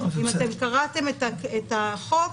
אם קראתם את החוק,